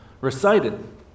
recited